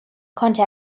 konnte